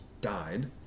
died